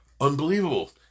unbelievable